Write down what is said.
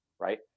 right